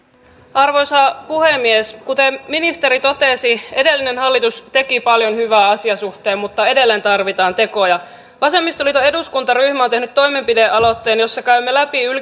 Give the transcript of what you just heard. arvoisa puhemies kuten ministeri totesi edellinen hallitus teki paljon hyvää asian suhteen mutta edelleen tarvitaan tekoja vasemmistoliiton eduskuntaryhmä on tehnyt toimenpidealoitteen jossa käymme läpi